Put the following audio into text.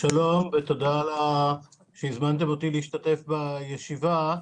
שלום ותודה שהזמנתם אותי להשתתף בישיבה.